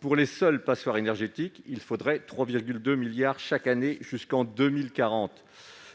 Pour les seules passoires énergétiques, il faudrait 3,2 milliards d'euros chaque année jusqu'en 2040.